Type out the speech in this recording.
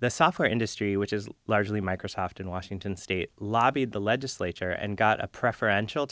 the software industry which is largely microsoft in washington state lobbied the legislature and got a preferential